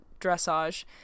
dressage